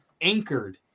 anchored